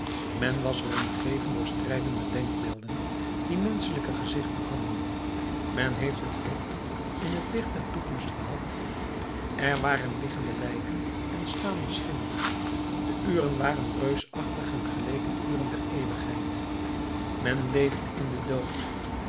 men was er omgeven door strijdende denkbeelden die menschelijke gezichten hadden men heeft het hoofd in het licht der toekomst gehad er waren liggende lijken en staande schimmen de uren waren reusachtig en geleken uren der eeuwigheid men leefde in den dood